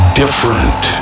different